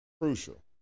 Crucial